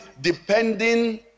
depending